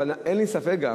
אין לי ספק,